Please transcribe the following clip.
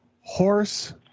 Horse